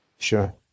Sure